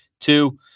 two